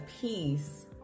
peace